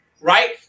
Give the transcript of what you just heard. right